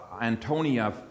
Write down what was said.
Antonia